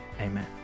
amen